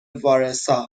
وارسا